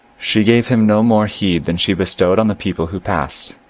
she gave him no more heed than she bestowed on the people who passed.